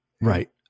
Right